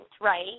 right